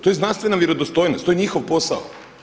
To je znanstvena vjerodostojnost, to je njihov posao.